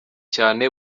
cyane